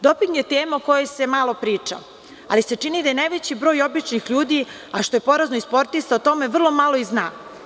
Doping je tema o kojoj se malo priča, ali se čini da je najveći broj običnih ljudi, a što je porazno i sportista, o tome vrlo malo i zna.